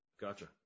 Gotcha